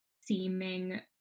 seeming